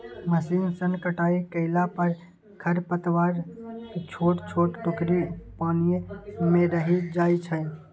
machine सं कटाइ कयला पर खरपतवारक छोट छोट टुकड़ी पानिये मे रहि जाइ छै